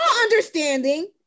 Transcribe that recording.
understanding